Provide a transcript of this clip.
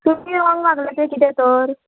तुमी रोंग वागलां तें कितें तर